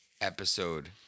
episode